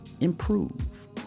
improve